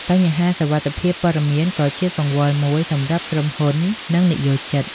បញ្ហាសុវត្ថិភាពព័ត៌មាន ក៏ជាកង្វល់មួយសម្រាប់ក្រុមហ៊ុន និងនិយោជិត។